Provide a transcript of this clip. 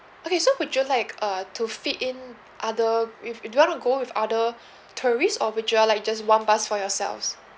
okay so would you like uh to fit in other with do you wanna go with other tourists or with just like just one bus for yourselves